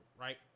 right